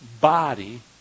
body